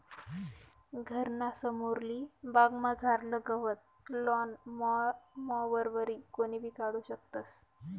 घरना समोरली बागमझारलं गवत लॉन मॉवरवरी कोणीबी काढू शकस